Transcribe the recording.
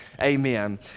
amen